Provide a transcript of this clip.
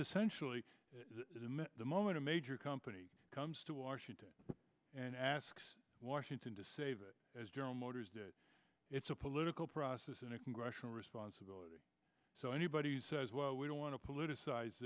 essentially the moment a major company comes to washington and asks washington to save it as general motors it's a political process in a congressional responsibility so anybody who says well we don't want to politicize